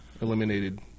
eliminated